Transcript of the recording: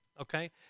Okay